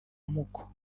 muko